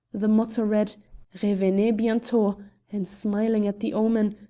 the motto read revenez bientot, and smiling at the omen,